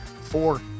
four